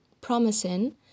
promising